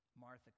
Martha